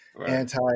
anti